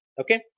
Okay